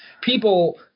people